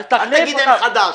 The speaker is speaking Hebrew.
אל תגיד שאין חדש.